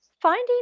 finding